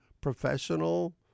professional